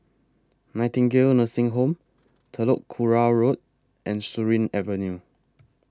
Nightingale Nursing Home Telok Kurau Road and Surin Avenue